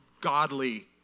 godly